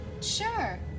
Sure